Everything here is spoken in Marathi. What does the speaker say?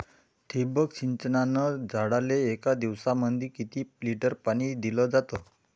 ठिबक सिंचनानं झाडाले एक दिवसामंदी किती लिटर पाणी दिलं जातं?